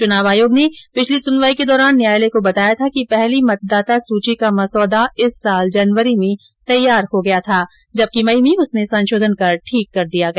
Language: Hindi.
चुनाव आयोग ने पिछली सुनवाई के दौरान न्यायालय को बताया था कि पहली मतदाता सूची का मसौदा इस साल जनवरी में तैयार हो गया था जबकि मई में उसमें संशोधन कर ठीक कर दिया गया